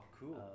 cool